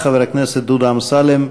חבר הכנסת דודו אמסלם,